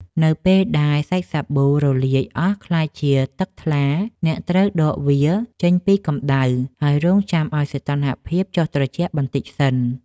នៅពេលដែលសាច់សាប៊ូរលាយអស់ក្លាយជាទឹកថ្លា អ្នកត្រូវដកវាចេញពីកម្ដៅ ហើយរង់ចាំឱ្យសីតុណ្ហភាពចុះត្រជាក់បន្តិចសិន។